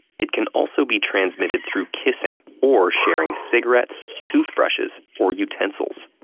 it can also be transmitted through kissing, or sharing cigarettes, toothbrushes or utensils.